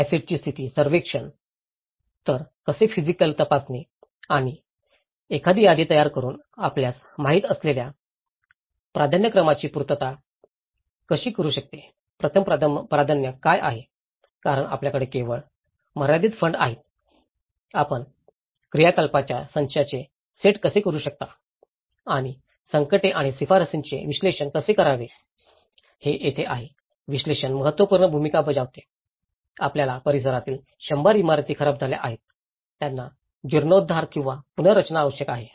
asset ची स्थिती सर्वेक्षण तर कसे फिसिकल तपासणी आणि एखादी यादी तयार करुन आपल्यास माहित असलेल्या प्राधान्यक्रमांची पूर्तता कशी करू शकते प्रथम प्राधान्य काय आहे कारण आपल्याकडे केवळ मर्यादित फंड आहे आपण क्रियाकलापांच्या संचाचे सेट कसे करू शकता आणि संकटे आणि शिफारसींचे विश्लेषण कसे करावे हे येथे आहे विश्लेषण महत्त्वपूर्ण भूमिका बजावते आपल्या परिसरातील शंभर इमारती खराब झाल्या आहेत ज्यांना जीर्णोद्धार किंवा पुनर्रचना आवश्यक आहे